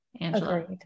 angela